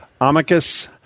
Amicus